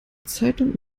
zeitung